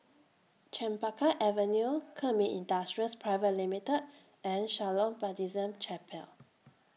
Chempaka Avenue Kemin Industries Private Limited and Shalom Baptist Chapel